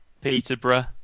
Peterborough